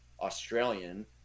Australian